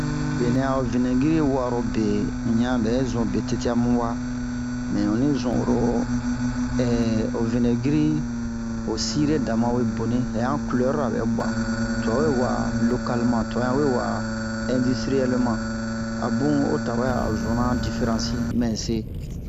benɛ a vinɛgri wa'aro be in ɲan ɓɛzun betete'a muwa mɛ un onni zun oro ho vinɛgri ho sire da ma we boni hɛhan culɛrura ɓɛ ɓu'a tuwa we wa'a lokaleman tuwa ɲan we wa'a ɛndistriyɛleman a bun o tawɛ a o zunna han diferansi mɛ se